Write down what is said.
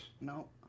No